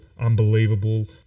Unbelievable